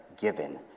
given